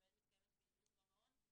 שבהם מתקיימת פעילות במעון".